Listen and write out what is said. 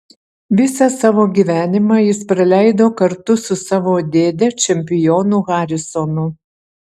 visą savo gyvenimą jis praleido kartu su savo dėde čempionu harisonu